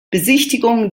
besichtigungen